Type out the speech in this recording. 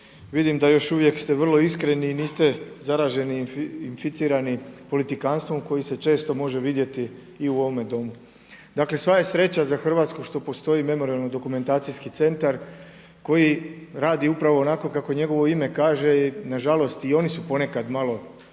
vidim da još uvijek ste vrlo iskreni i niste zaraženi, inficirani politikanstvom koji se često može vidjeti i u ovom domu. Dakle sva je sreća za Hrvatsku što postoji Memorijalno-dokumentacijski centar koji radi upravo onako kako njegovo ime kaže i nažalost i oni su ponekad malo